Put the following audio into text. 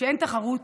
כשאין תחרות,